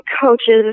coaches